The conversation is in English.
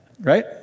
Right